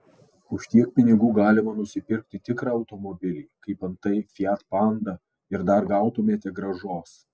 už tiek pinigų galima nusipirkti tikrą automobilį kaip antai fiat panda ir dar gautumėte grąžos